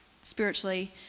spiritually